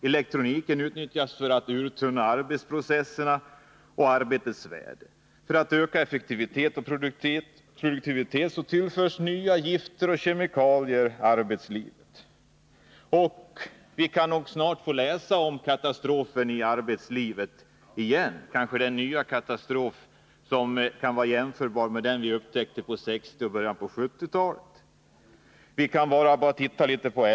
Elektroniken utnyttjas till arbetsprocesser som uttunnar arbetets värde. För att man skall kunna öka effektivitet och produktivitet tillförs arbetslivet nya gifter och kemikalier. Vi kan nog snart få läsa om en katastrof i arbetslivet igen — kanske en ny katastrof som är jämförbar med den vi upptäckte på 1960-talet och i början av 1970-talet.